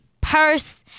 purse